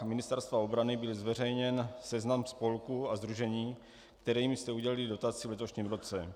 Na stránkách Ministerstva obrany byl zveřejněn seznam spolků a sdružení, kterým jste udělili dotaci v letošním roce.